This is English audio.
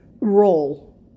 role